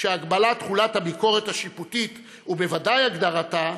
שהגבלת תחולת הביקורת השיפוטית, ובוודאי הגדרתה,